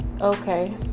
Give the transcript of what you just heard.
Okay